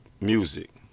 Music